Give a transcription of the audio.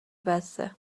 بسه